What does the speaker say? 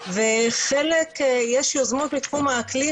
וחלק יש יוזמות בתחום האקלים,